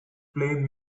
play